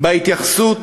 בהתייחסות